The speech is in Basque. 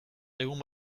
egun